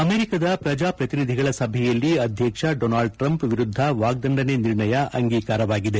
ಅಮೆರಿಕದ ಪ್ರಜಾಪ್ರತಿನಿಧಿಗಳ ಸಭೆಯಲ್ಲಿ ಅಧ್ಯಕ್ಷ ಡೊನಾಲ್ಡ್ ಟ್ರಂಪ್ ವಿರುದ್ದ ವಾಗ್ದಂಡನೆ ನಿರ್ಣಯ ಅಂಗೀಕಾರವಾಗಿದೆ